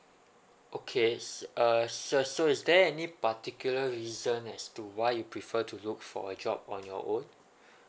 okay so err sir so is there any particular reason as to why you prefer to look for a job on your own